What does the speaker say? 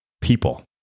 people